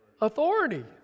authority